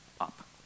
up